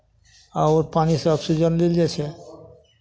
आ ओ पानिसँ ऑक्सिजन लेल जाइ छै